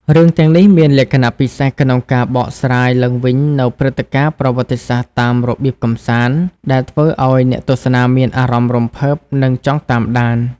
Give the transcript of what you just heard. រឿងទាំងនេះមានលក្ខណៈពិសេសក្នុងការបកស្រាយឡើងវិញនូវព្រឹត្តិការណ៍ប្រវត្តិសាស្ត្រតាមរបៀបកម្សាន្ត ដែលធ្វើឲ្យអ្នកទស្សនាមានអារម្មណ៍រំភើប និងចង់តាមដាន។